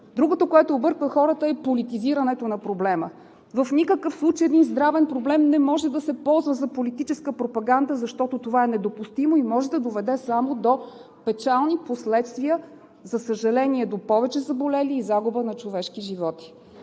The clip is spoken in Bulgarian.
Другото, което обърква хората, е политизирането на проблема! В никакъв случай един здравен проблем не може да се ползва за политическа пропаганда, защото това е недопустимо и може да доведе само до печални последствия – за съжаление, до повече заболели и загуба на човешки животи!